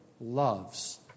loves